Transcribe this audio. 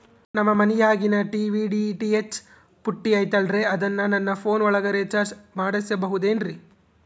ನಮ್ಮ ಮನಿಯಾಗಿನ TV DTH ಪುಟ್ಟಿ ಐತಲ್ರೇ ಅದನ್ನ ನನ್ನ ಪೋನ್ ಒಳಗ ರೇಚಾರ್ಜ ಮಾಡಸಿಬಹುದೇನ್ರಿ?